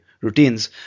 routines